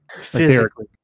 Physically